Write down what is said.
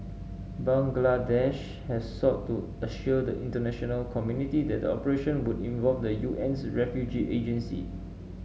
Bangladesh has sought to assure the international community that the operation would involve the UN's refugee agency